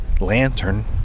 lantern